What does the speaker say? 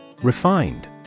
Refined